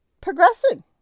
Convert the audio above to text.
progressing